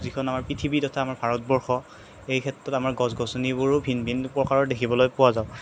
যিখন আমাৰ পৃথিৱী তথা আমাৰ ভাৰতবৰ্ষ এই ক্ষেত্ৰত আমাৰ গছ গছনিবোৰো ভিন ভিন প্ৰকাৰৰ দেখিবলৈ পোৱা যায়